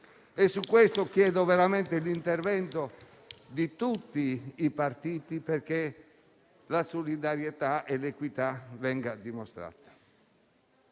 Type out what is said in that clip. Su questo chiedo veramente l'intervento di tutti i partiti, perché la solidarietà e l'equità vengano dimostrate.